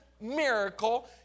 miracle